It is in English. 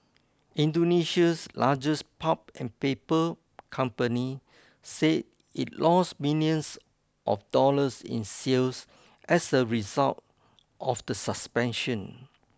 Indonesia's largest pulp and paper company said it lost millions of dollars in sales as a result of the suspension